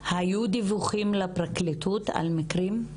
היו דיווחים לפרקליטות על מקרים?